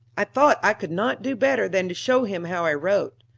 i thought i could not do better than to show him how i wrote.